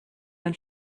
when